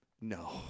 No